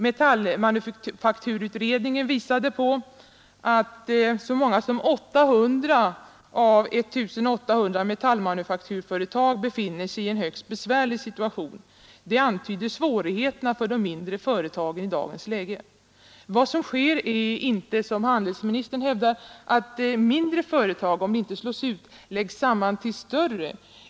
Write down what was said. Metallmanufakturutredningen visade på att så många som 800 av 1 800 metallmanufakturföretag befinner sig i en högst besvärlig situation — det antyder svårigheterna för de mindre företagen i dagens läge. Vad som sker är inte, som handelsministern hävdar, att mindre företag — om inte slås ut så i alla fall läggs samman till större.